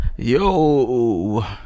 yo